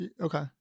Okay